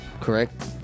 correct